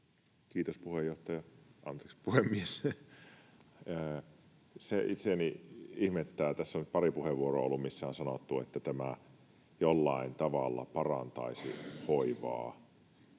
Kiuru. — Merinen. Kiitos, puhemies! Se itseäni ihmetyttää, että tässä on ollut pari puheenvuoroa, missä on sanottu, että tämä jollain tavalla parantaisi hoivaa.